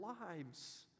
lives